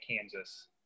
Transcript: Kansas